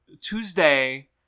tuesday